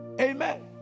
amen